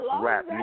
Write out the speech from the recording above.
rap